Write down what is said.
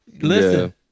Listen